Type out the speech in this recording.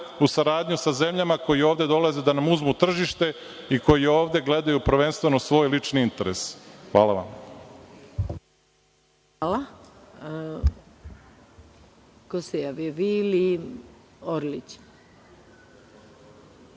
u saradnju sa zemljama koje ovde dolaze da nam uzmu tržište i koje ovde gledaju prvenstveno svoj lični interes. Hvala vam. **Maja Gojković**